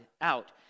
out